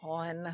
on